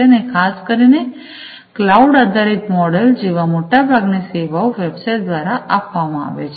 અને ખાસ કરીને ક્લાઉડ આધારિત મોડલ જેવા મોટાભાગની સેવાઓ વેબસાઈટ દ્વારા આપવામાં આવે છે